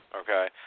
okay